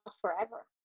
forever